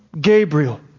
Gabriel